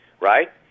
right